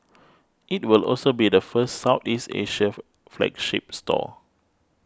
it will also be the first Southeast Asia flagship store